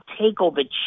takeover